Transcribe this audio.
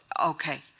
Okay